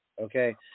okay